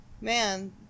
Man